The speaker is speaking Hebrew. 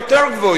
יותר גבוהים.